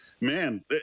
man